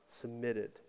submitted